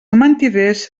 mentiders